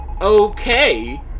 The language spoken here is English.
okay